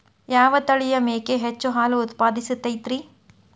ಯಾವ ತಳಿಯ ಮೇಕೆ ಹೆಚ್ಚು ಹಾಲು ಉತ್ಪಾದಿಸತೈತ್ರಿ?